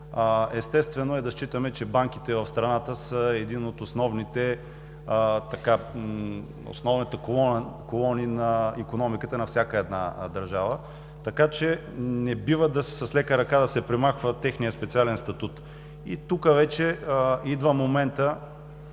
естествено е да считаме, че банките в страната са едни от основните колони на икономиката на всяка държава. Не бива с лека ръка да се премахва техният специален статут. Тук идва моментът